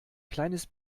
kleines